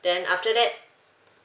then after that